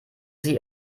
sie